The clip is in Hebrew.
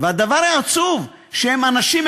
והדבר העצוב הוא שהם אנשים,